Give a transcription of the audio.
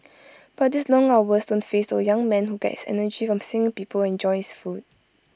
but these long hours don't faze the young man who gets his energy from seeing people enjoy his food